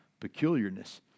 peculiarness